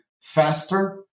faster